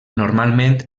normalment